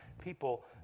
people